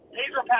Pedro